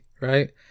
right